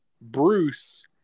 Bruce